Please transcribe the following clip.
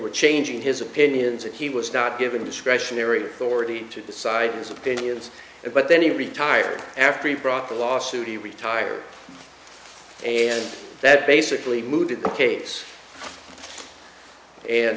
were changing his opinions and he was not giving discretionary authority to decide his opinions but then he retired after he brought the lawsuit he retired and that basically mooted the case and